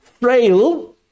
frail